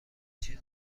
چیز